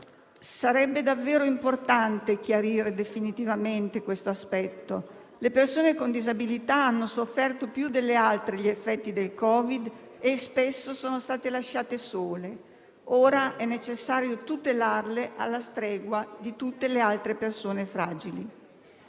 Sarebbe davvero importante chiarire definitivamente questo aspetto. Le persone con disabilità hanno sofferto più delle altre gli effetti del Covid e spesso sono state lasciate sole. Ora è necessario tutelarle, alla stregua di tutte le altre persone fragili.